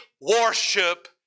worship